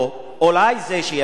אולי זה שיביא השלום.